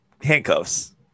handcuffs